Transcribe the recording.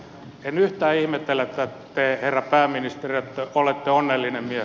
en yhtään ihmettele että te herra pääministeri olette onnellinen mies